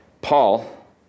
Paul